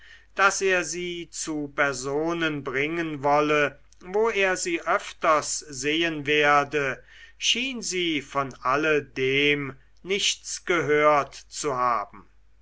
daß er sie zu personen bringen wolle wo er sie öfters sehen werde schien sie von alledem nichts gehört zu haben